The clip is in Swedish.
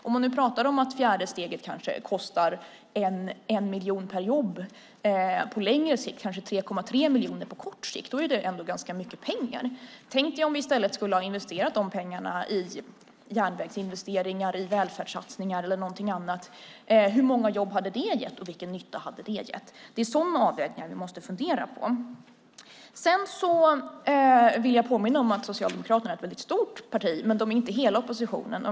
Om man nu pratar om att fjärde steget kanske kostar 1 miljon per jobb på längre sikt och kanske 3,3 miljoner på kort sikt är det ändå ganska mycket pengar. Tänk om vi i stället skulle ha investerat dessa pengar i järnvägar, välfärd eller någonting annat. Hur många jobb hade det gett, och vilken nytta hade det gett? Det är sådana avvägningar som vi måste fundera på. Jag vill påminna om att Socialdemokraterna är ett stort parti, men de utgör inte hela oppositionen.